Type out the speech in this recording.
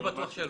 אני בטוח שלא.